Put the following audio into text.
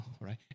right